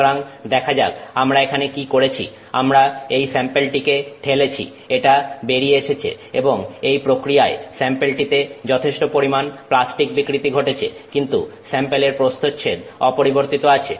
সুতরাং দেখা যাক আমরা এখানে কি করেছি আমরা এই স্যাম্পেলটিকে ঠেলেছি এটা বেরিয়ে এসেছে এবং এই প্রক্রিয়ায় স্যাম্পেলটিতে যথেষ্ট পরিমাণ প্লাস্টিক বিকৃতি ঘটেছে কিন্তু স্যাম্পেলের প্রস্থচ্ছেদ অপরিবর্তিত আছে